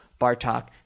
Bartok